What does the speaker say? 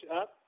up